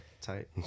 Tight